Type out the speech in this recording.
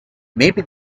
maybe